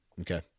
Okay